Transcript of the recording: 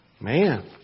Man